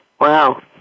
Wow